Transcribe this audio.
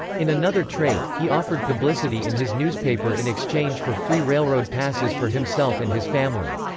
in another trade, he offered publicity in his newspaper in exchange for free railroad passes for himself and his family.